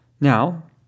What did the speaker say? Now